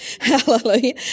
Hallelujah